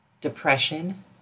depression